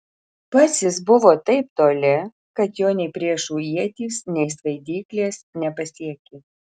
pats jis buvo taip toli kad jo nei priešų ietys nei svaidyklės nepasiekė